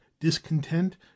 discontent